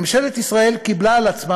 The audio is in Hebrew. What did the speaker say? ממשלת ישראל קיבלה על עצמה,